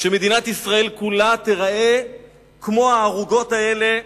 שמדינת ישראל כולה תיראה כמו הערוגות האלה,